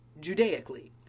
judaically